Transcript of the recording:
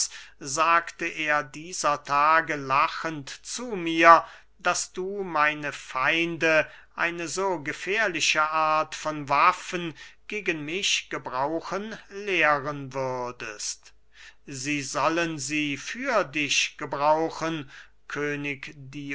sagte er dieser tage lachend zu mir daß du meine feinde eine so gefährliche art von waffen gegen mich gebrauchen lehren würdest sie sollen sie für dich gebrauchen könig